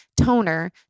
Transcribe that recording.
toner